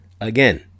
Again